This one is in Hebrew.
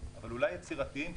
אבל אולי יצירתיים,